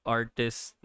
artists